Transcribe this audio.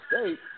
State